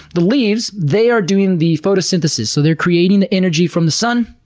the leaves, they are doing the photosynthesis, so they're creating the energy from the sun.